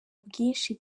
bwinshi